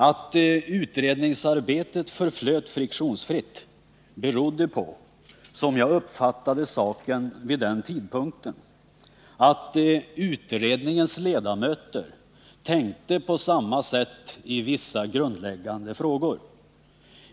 Att utredningsarbetet förflöt friktionsfritt berodde på, som jag uppfattade saken vid den tidpunkten, att utredningens ledamöter tänkte på samma sätt i vissa grundläggande frågor.